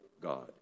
God